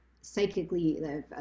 psychically